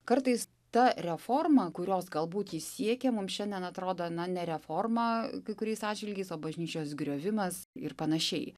kartais ta reforma kurios galbūt ji siekė mums šiandien atrodo na ne reforma kai kuriais atžvilgiais o bažnyčios griovimas ir panašiai